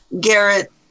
Garrett